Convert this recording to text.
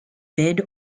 bid